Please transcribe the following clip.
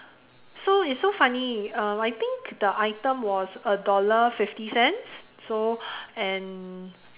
so it's so funny uh I think the item was a dollar fifty cents so and